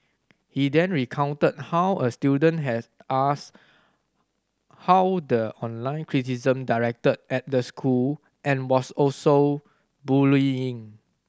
he then recounted how a student had asked how the online criticism directed at the school and was also bullying